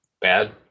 bad